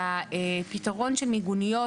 שהפתרון של מיגוניות,